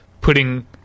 putting